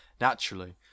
naturally